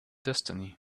destiny